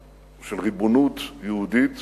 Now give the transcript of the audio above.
של ריבונות יהודית